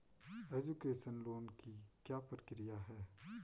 Education loan की क्या प्रक्रिया है?